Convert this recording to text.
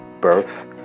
birth